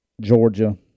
Georgia